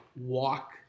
walk